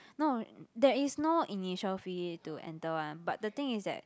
no there is no initial fee to enter one but the thing is that